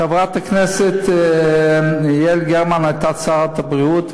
חברת הכנסת יעל גרמן הייתה שרת הבריאות,